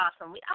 awesome